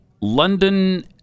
London